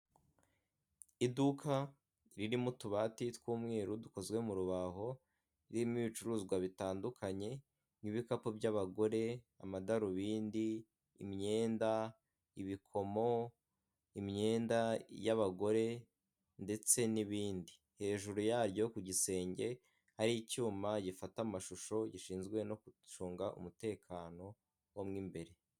Iduka ririmo utubati tw'umweru dukozwe mu rubaho ririmo ibicuruzwa bitandukanye nk'ibikapu by'abagore, amadarubindi, imyenda, ibikomo, imyenda y'abagore, ndetse n'ibindi, hejuru yaryo ku gisenge ari icyuma gifata amashusho gishinzwe no gucunga umutekano wo mo imbere.